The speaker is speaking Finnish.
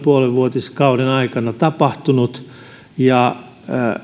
puoli vuotiskauden aikana tapahtunut ja